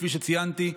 כפי שציינתי,